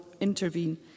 intervene